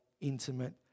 intimate